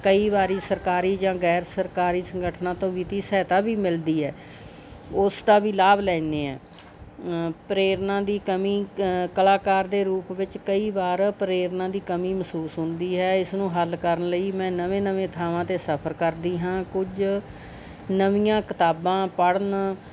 ਕਈ ਵਾਰੀ ਸਰਕਾਰੀ ਜਾਂ ਗੈਰ ਸਰਕਾਰੀ ਸੰਗਠਨਾਂ ਤੋਂ ਵਿੱਤੀ ਸਹਾਇਤਾ ਵੀ ਮਿਲਦੀ ਹੈ ਉਸ ਦਾ ਵੀ ਲਾਭ ਲੈਂਦੇ ਹਾਂ ਪ੍ਰੇਰਨਾ ਦੀ ਕਮੀ ਕਲਾਕਾਰ ਦੇ ਰੂਪ ਵਿੱਚ ਕਈ ਵਾਰ ਪ੍ਰੇਰਨਾ ਦੀ ਕਮੀ ਮਹਿਸੂਸ ਹੁੰਦੀ ਹੈ ਇਸ ਨੂੰ ਹੱਲ ਕਰਨ ਲਈ ਮੈਂ ਨਵੇਂ ਨਵੇਂ ਥਾਵਾਂ 'ਤੇ ਸਫਰ ਕਰਦੀ ਹਾਂ ਕੁਝ ਨਵੀਆਂ ਕਿਤਾਬਾਂ ਪੜ੍ਹਨ